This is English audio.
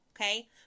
Okay